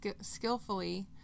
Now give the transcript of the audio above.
skillfully